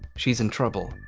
she's in trouble.